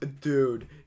Dude